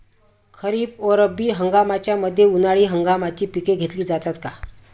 खरीप व रब्बी हंगामाच्या मध्ये उन्हाळी हंगामाची पिके घेतली जातात का?